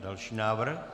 Další návrh?